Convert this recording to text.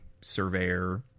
Surveyor